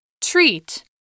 Treat